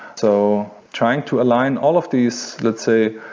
so trying to align all of these let's say,